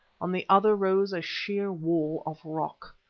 on the other rose a sheer wall of rock.